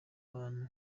hantu